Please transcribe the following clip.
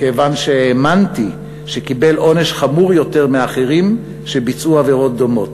כיוון שהאמנתי שקיבל עונש חמור יותר מאחרים שביצעו עבירות דומות.